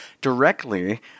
directly